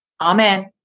Amen